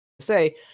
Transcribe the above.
say